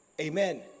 Amen